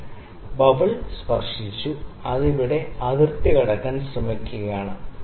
അതെ ബബിൾ സ്പർശിച്ചു അത് ഇവിടെ അതിർത്തി കടക്കാൻ ശ്രമിക്കുകയാണ്